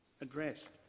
addressed